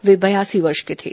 वे बयासी वर्ष के थे